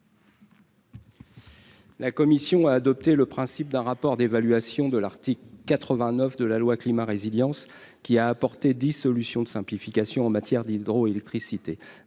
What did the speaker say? La commission a adopté le principe d'un rapport d'évaluation de l'article 89 de la loi climat résilience qui a apporté dissolution de simplification en matière d'hydroélectricité